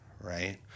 right